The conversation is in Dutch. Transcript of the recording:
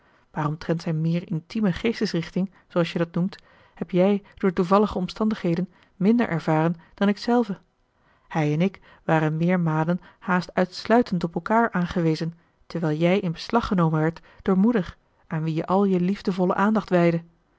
omtrent zijn meer intieme geestesrichting zooals je dat noemt heb jij door toevallige omstandigheden minder ervaren dan ik zelve hij en ik waren meermalen haast uitsluitend op elkaar aangewezen terwijl jij in beslag genomen werdt door moeder aan wie je al je liefdevolle aandacht wijdde